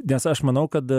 nes aš manau kad